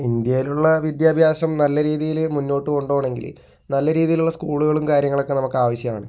ഇന്ത്യയിൽ ഉള്ള വിദ്യാഭ്യാസം നല്ല രീതിയിൽ മുന്നോട്ട് കൊണ്ട് പോകണം എങ്കില് നല്ല രീതിയിലുള്ള സ്കൂളുകളും കാര്യങ്ങളൊക്കെ നമുക്ക് ആവിശ്യമാണ്